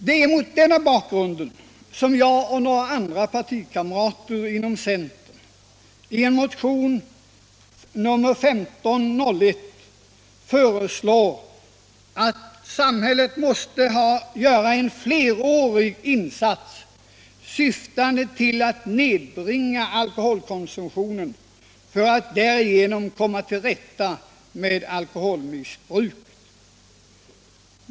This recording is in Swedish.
Det är mot denna bakgrund som jag och några partikamrater inom centern i en motion, nr 1501, föreslår att samhället gör en flerårig insats i syfte att nedbringa alkoholkonsumtionen, så att vi därigenom skall kunna komma till rätta med alkoholmissbruket.